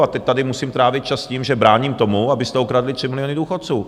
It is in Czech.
A teď tady musím trávit čas tím, že bráním tomu, abyste okradli 3 miliony důchodců.